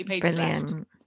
brilliant